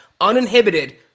uninhibited